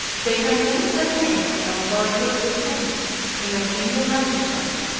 they condensed the name and authority of the senate in a single magistrate,